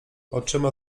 oczyma